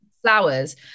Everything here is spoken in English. flowers